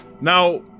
Now